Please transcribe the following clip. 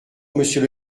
monsieur